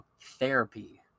therapy